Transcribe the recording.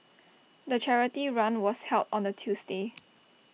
the charity run was held on A Tuesday